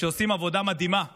שעושים עבודה מדהימה בדרום,